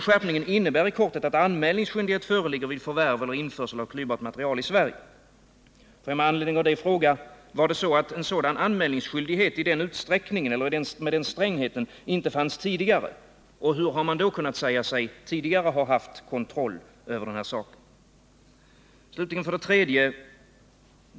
Skärpningen innebär i korthet att anmälningsskyldighet föreligger vid förvärv eller införsel av klyvbart material i Sverige.” Får jag med anledning av det fråga: Var det så att en sådan anmälningsskyldighet i den utsträckningen eller med den strängheten inte fanns tidigare, och hur har man då kunnat säga sig tidigare ha kontroll över detta? Slutligen en tredje fråga.